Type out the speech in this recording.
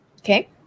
Okay